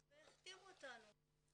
והוא החתים אותנו.